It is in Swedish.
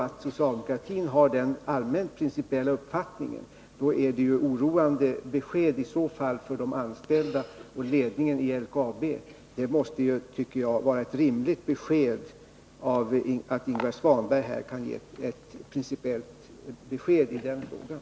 Om socialdemokratin har den allmänt principiella uppfattningen, då är det oroande besked för de anställda och ledningen i LKAB. Det måste, tycker jag, vara rimligt att Ingvar Svanberg här kan ge ett principiellt besked i den frågan.